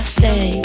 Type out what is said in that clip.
stay